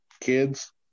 kids